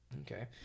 okay